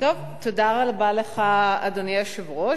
תודה רבה לך, אדוני היושב-ראש.